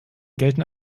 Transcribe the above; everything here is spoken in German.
gelten